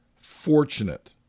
fortunate